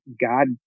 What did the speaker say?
god